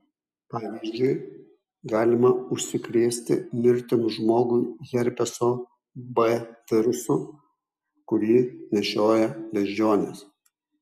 pavyzdžiui galima užsikrėsti mirtinu žmogui herpeso b virusu kurį nešioja beždžionės